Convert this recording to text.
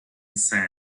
sand